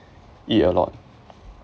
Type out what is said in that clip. eat a lot